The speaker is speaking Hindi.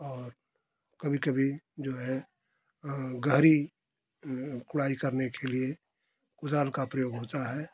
और कभी कभी जो है गहरी गुड़ाई करने के लिए कुदाल का प्रयोग होता है